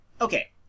Okay